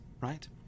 right